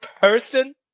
person